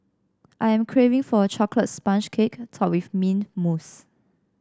I am craving for a chocolate sponge cake topped with mint mousse